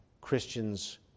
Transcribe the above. Christians